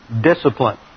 discipline